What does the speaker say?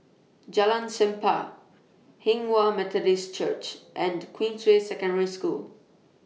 Jalan Chempah Hinghwa Methodist Church and Queensway Secondary School